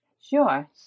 Sure